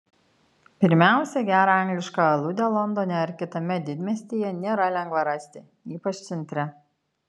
pirmiausia gerą anglišką aludę londone ar kitame didmiestyje nėra lengva rasti ypač centre